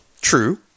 True